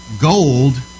gold